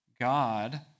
God